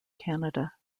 canada